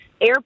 air